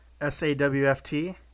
s-a-w-f-t